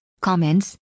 comments